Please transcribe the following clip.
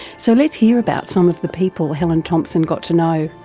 so let's hear about some of the people helen thomson got to know.